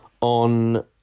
on